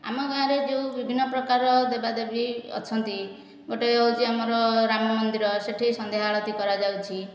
ଆମ ଗାଁରେ ଯେଉଁ ବିଭିନ୍ନ ପ୍ରକାରର ଦେବାଦେବୀ ଅଛନ୍ତି ଗୋଟିଏ ହେଉଛି ଆମର ରାମ ମନ୍ଦିର ସେହିଠି ସନ୍ଧ୍ୟା ଆଳତି କରାଯାଉଛି